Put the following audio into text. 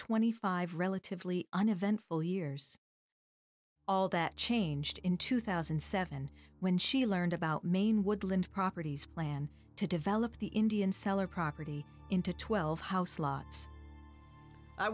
twenty five relatively uneventful years all that changed in two thousand and seven when she learned about main woodland properties plan to develop the indian seller property into twelve house lots i